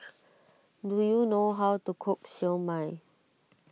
do you know how to cook Siew Mai